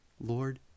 Lord